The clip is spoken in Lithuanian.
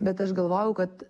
bet aš galvojau kad